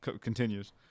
continues